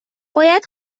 باید